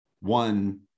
one